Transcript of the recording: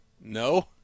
no